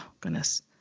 goodness